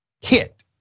hit